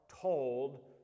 told